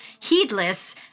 heedless